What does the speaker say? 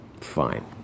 Fine